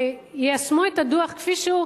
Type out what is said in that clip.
שיישמו את הדוח כפי שהוא,